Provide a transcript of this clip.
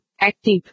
Active